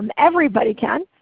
and everybody can.